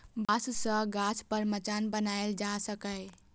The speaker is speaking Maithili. बांस सं गाछ पर मचान बनाएल जा सकैए